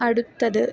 അടുത്തത്